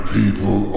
people